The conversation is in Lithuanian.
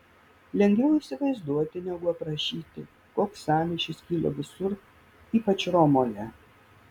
lengviau įsivaizduoti negu aprašyti koks sąmyšis kilo visur ypač romoje